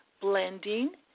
blending